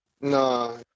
No